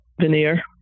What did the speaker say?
veneer